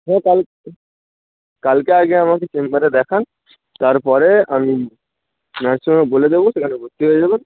হ্যাঁ কাল কালকে আগে আমাকে চেম্বারে দেখান তারপরে আমি নার্সিংহোমে বলে দেবো সেখানে ভর্তি হয়ে যাবেন